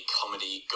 comedy